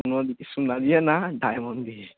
সোনা দিয়ে না ডায়মন্ড দিয়ে